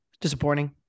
disappointing